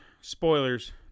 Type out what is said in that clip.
Spoilers